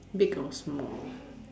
big or small